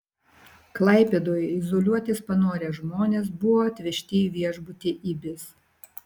klaipėdoje izoliuotis panorę žmonės buvo atvežti į viešbutį ibis